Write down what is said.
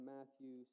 Matthew